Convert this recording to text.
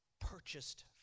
purchased